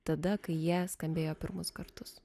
tada kai jie skambėjo pirmus kartus